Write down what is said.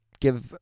give